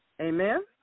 Amen